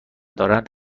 دارند